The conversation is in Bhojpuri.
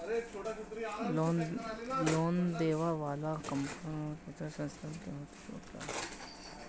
लोन देवे वाला कवनो वित्तीय संस्थान होत बाटे